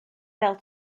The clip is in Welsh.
fel